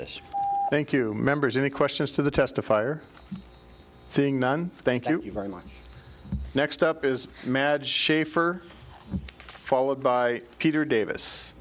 this thank you members any questions to the testifier seeing none thank you very much next up is mad schaefer followed by peter davis